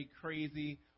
crazy